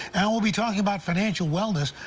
and we'll be talking about financial wellness.